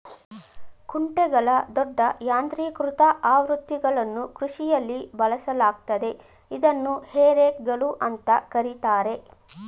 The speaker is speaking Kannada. ಕುಂಟೆಗಳ ದೊಡ್ಡ ಯಾಂತ್ರೀಕೃತ ಆವೃತ್ತಿಗಳನ್ನು ಕೃಷಿಯಲ್ಲಿ ಬಳಸಲಾಗ್ತದೆ ಇದನ್ನು ಹೇ ರೇಕ್ಗಳು ಅಂತ ಕರೀತಾರೆ